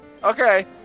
Okay